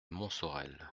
montsorel